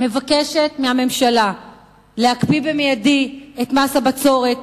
מהממשלה להקפיא במיידי את מס הבצורת,